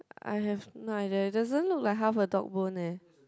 I have no idea it doesn't look like half a dog bone eh